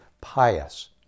pious